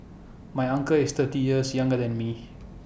my uncle is thirty years younger than me